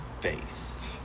face